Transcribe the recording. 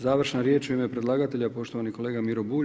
Završna riječ u ime predlagatelja, poštovani kolega Miro Bulj.